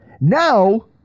Now